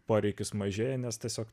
poreikis mažėja nes tiesiog